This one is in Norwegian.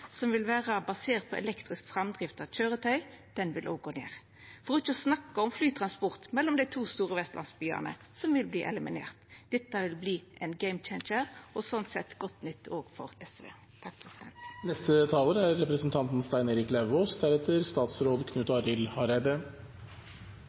som vil vera basert på elektrisk framdrift av køyretøy, vil gå ned – for ikkje å snakka om flytransport mellom dei to store vestlandsbyane, som vil verta eliminert. Dette vil verta ein «gamechanger» og er slik sett godt nytt òg for SV.